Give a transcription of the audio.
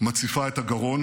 מציפה את הגרון.